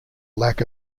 lack